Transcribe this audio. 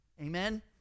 Amen